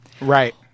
Right